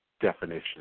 definition